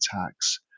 attacks